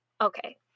okay